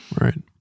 Right